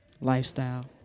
lifestyle